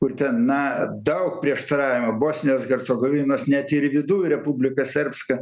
kur ten na daug prieštaravimų bosnijos hercogovinos net ir viduj republika serpska